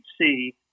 see